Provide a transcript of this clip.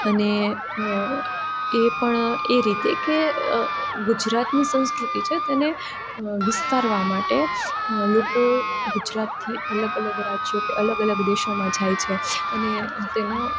અને એ પણ એ રીતે કે ગુજરાતની સંસ્કૃતિ છે તો એને વિસ્તારવા માટે લોકો ગુજરાતથી અલગ અલગ રાજ્યો કે અલગ અલગ દેશોમાં જાય છે અને તેનો